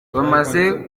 bamaze